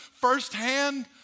firsthand